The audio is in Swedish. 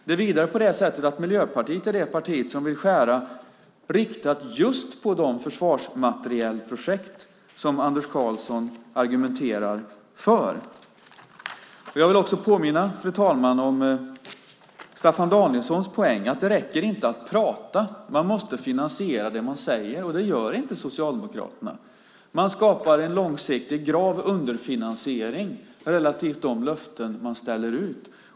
Det är vidare på det sättet att Miljöpartiet är det parti som vill skära riktat just mot de försvarsmaterielprojekt som Anders Karlsson argumenterar för. Fru talman! Jag vill också påminna om Staffan Danielssons poäng. Det räcker inte med att prata. Man måste också finansiera det man säger, och det gör inte Socialdemokraterna. Man skapar en långsiktigt grav underfinansiering relativt de löften som man ställer ut.